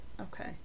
Okay